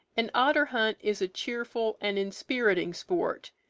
an otter-hunt is a cheerful and inspiriting sport,